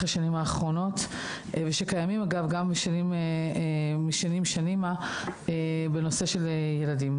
השנים האחרונות ושקיימים אגב גם בשנים קודמות בנושא של ילדים.